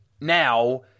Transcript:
now